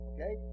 Okay